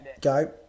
Go